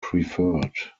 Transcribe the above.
preferred